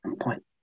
point